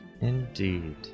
Indeed